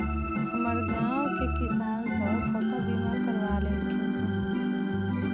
हमर गांव के किसान सभ फसल बीमा करबा लेलखिन्ह ह